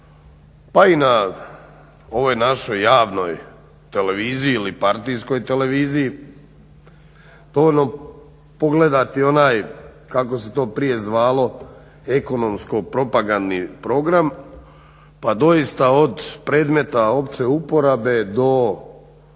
pa i na ovoj našoj javnoj televiziji ili partijskoj televiziji, dovoljno pogledati onaj kako se to prije zvalo ekonomsko-propagandni program pa doista od predmeta opće uporabe do